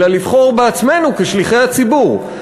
אלא לבחור בעצמנו כשליחי הציבור.